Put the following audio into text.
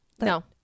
no